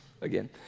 again